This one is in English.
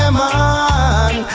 man